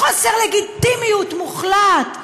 בחוסר לגיטימיות מוחלט.